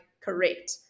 correct